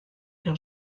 car